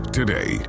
today